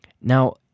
Now